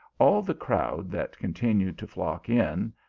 all the crowd that continued to flock in,